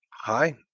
hi.